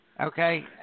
okay